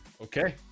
Okay